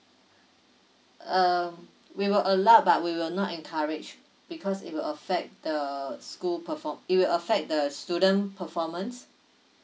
uh we will allow but we will not encourage because it will affect the school perform it will affect the student performance